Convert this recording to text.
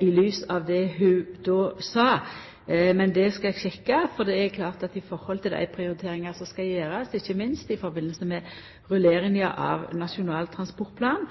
i lys av det ho då sa, men det skal eg sjekka, for det er klart at i forhold til dei prioriteringar som skal gjerast ikkje minst i samband med rulleringa av Nasjonal transportplan,